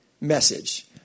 message